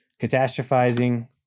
catastrophizing